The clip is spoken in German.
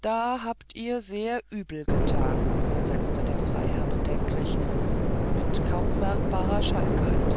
da habt ihr sehr übelgetan versetzte der freiherr bedenklich mit kaum merkbarer schalkheit